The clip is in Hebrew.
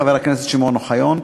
חבר הכנסת שמעון אוחיון,